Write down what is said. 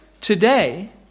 Today